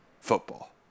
football